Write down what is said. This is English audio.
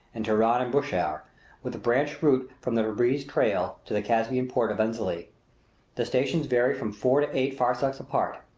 and teheran and bushire, with a branch route from the tabreez trail to the caspian port of enzeli the stations vary from four to eight farsakhs apart.